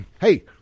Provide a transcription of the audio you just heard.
Hey